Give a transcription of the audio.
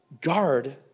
Guard